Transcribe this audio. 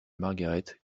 margaret